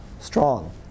strong